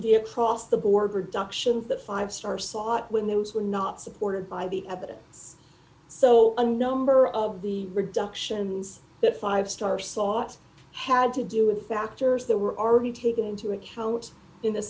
the across the board reduction of the five star sought when they were not supported by the evidence so a number of the reduction that five star sought had to do with factors that were already taken into account in the